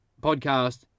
podcast